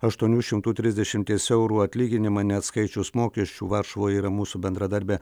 aštuonių šimtų trisdešimties eurų atlyginimą neatskaičius mokesčių varšuvoje yra mūsų bendradarbė